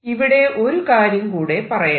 ഇവിടെ ഒരു കാര്യം കൂടെ പറയട്ടെ